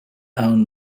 ann